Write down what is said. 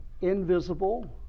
invisible